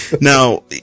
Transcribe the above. Now